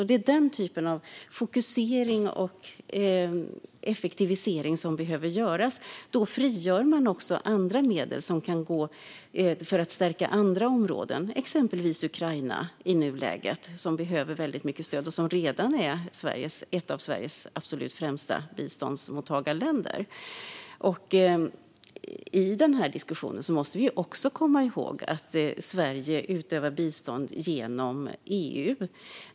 Det är denna typ av fokusering och effektivisering som behöver göras, och då frigör man också medel för att stärka andra områden, exempelvis Ukraina, som i nuläget behöver väldigt mycket stöd och som redan är ett av Sveriges främsta bidragsmottagarländer. I den här diskussionen måste vi också komma ihåg att Sverige bedriver bistånd genom EU.